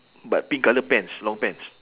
but pink colour pants long pants